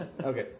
Okay